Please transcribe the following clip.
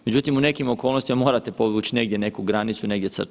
Međutim, u nekim okolnostima morate podvuć negdje neku granicu i negdje crtu.